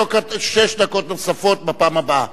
שש דקות נוספות בפעם הבאה.